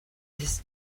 his